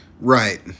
Right